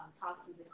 toxins